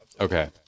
okay